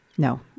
No